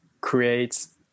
creates